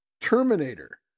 terminator